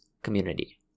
community